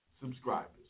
subscribers